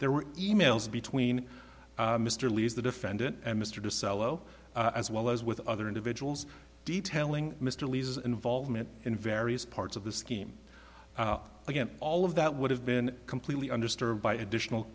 there were e mails between mr lee's the defendant and mr selo as well as with other individuals detailing mr lee's involvement in various parts of the scheme again all of that would have been completely understood by additional